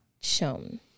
shown